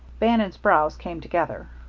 bannon's brows came together.